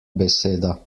beseda